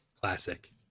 Classic